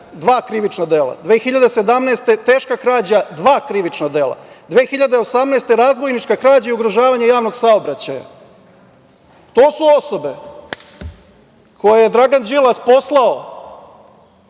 krivična dela, 2017. godine – teška krađa, dva krivična dela, 2018. godina – razbojnička krađa i ugrožavanje javnog saobraćaja. To su osobe koje je Dragan Đilas poslao